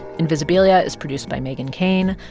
invisibilia is produced by meghan keane,